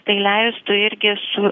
tai leistų irgi su